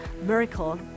miracle